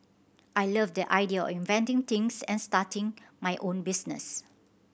I love the idea of inventing things and starting my own business